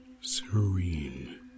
serene